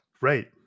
Right